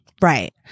Right